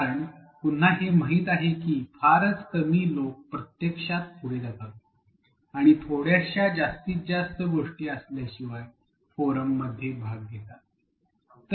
कारण पुन्हा हे माहीत आहे की फारच कमी लोक प्रत्यक्षात पुढे जातात आणि थोड्याशा जास्तीत जास्त गोष्टी असल्याशिवाय फोरम मध्ये भाग घेतात